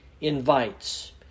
invites